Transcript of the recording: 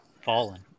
fallen